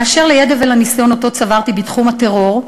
באשר לידע ולניסיון שצברתי בתחום הטרור,